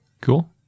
Cool